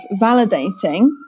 validating